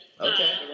Okay